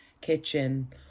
kitchen